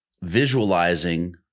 visualizing